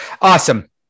awesome